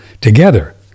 together